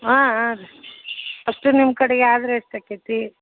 ಹಾಂ ಹಾಂ ರೀ ಅಷ್ಟು ನಿಮ್ಮ ಕಡೆ ಆದ್ರ್ ಎಷ್ಟು ಆಕೇತಿ